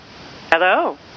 Hello